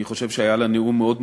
אני חושב שהיה לה נאום מאוד מרשים.